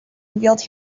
revealed